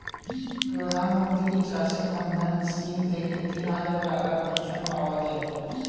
প্রধানমন্ত্রী চাষী মান্ধান স্কিম থেকে তিনহাজার টাকার পেনশন পাওয়া যায়